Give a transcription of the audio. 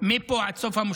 ואני מדמיין לעצמי,